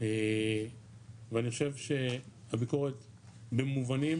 ואני חושב שהביקורת במובנים